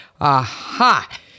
Aha